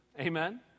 Amen